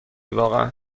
واقعا